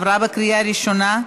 עברה בקריאה ראשונה,